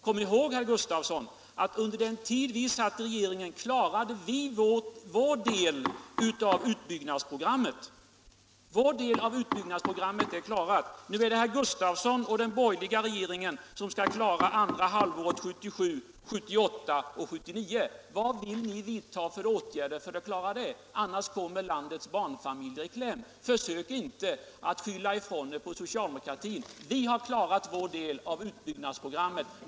Kom ihåg, herr Gustavsson, att under den tid vi satt i regeringen klarade vi vår del av utbyggnadsprogrammet. Vår del av programmet är klar. Nu är det herr Gustavsson och den borgerliga regeringen som skall klara andra halvåret 1977 samt åren 1978 och 1979. Vad vill ni vidta för åtgärder för att klara det? Om ni inte gör någonting kommer landets barnfamiljer i kläm. Försök inte att skylla ifrån er på socialdemokratin. Vi har klarat vår del av utbyggnadsprogrammet.